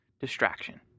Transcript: distraction